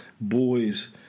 boys